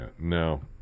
no